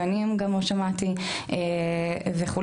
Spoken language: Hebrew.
גנים גם שמעתי וכו',